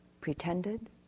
pretended